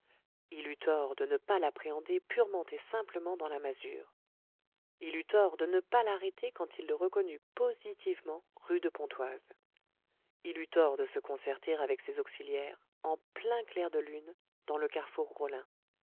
il eut tort de ne pas l'appréhender purement et simplement dans la masure il eut tort de ne pas l'arrêter quand il le reconnut positivement rue de pontoise il eut tort de se concerter avec ses auxiliaires en plein clair de lune dans le carrefour rollin